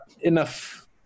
enough